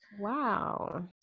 Wow